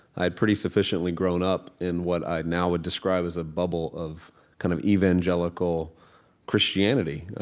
i had pretty sufficiently grown up in what i now would describe as a bubble of kind of evangelical christianity.